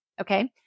okay